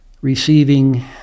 receiving